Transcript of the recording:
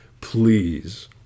Please